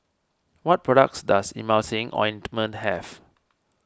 what products does Emulsying Ointment have